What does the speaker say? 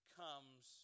comes